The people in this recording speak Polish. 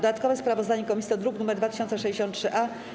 Dodatkowe sprawozdanie komisji to druk nr 2063-A.